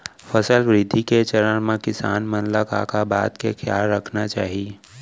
फसल वृद्धि के चरण म किसान मन ला का का बात के खयाल रखना चाही?